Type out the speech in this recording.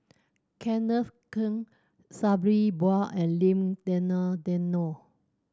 Kenneth Keng Sabri Buang and Lim Denan Denon